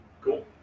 cool